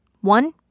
One